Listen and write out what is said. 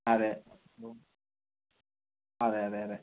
അതേ അതെയതെ അതേ